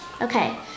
Okay